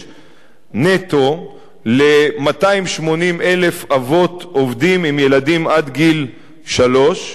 נטו ל-280,000 אבות עובדים עם ילדים עד גיל שלוש,